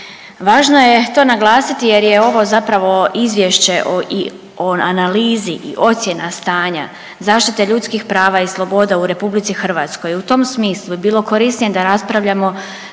Važno je to naglasiti jer je zapravo izvješće o i o analizi ocjene stanja zaštite ljudskih prava i sloboda u RH. U tim smislu bi bilo korisnije da raspravljamo